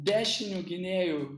dešiniu gynėju